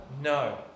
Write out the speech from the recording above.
No